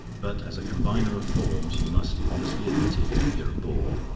but as a combiner of forms, you must honestly admit it, you're a bore.